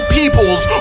peoples